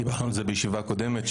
בחנו את זה בישיבה הקודמת,